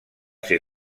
ser